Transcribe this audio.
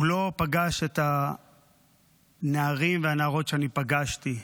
הוא לא פגש את הנערים והנערות שאני פגשתי,